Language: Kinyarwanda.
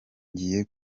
ngiye